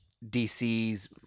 DC's